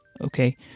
Okay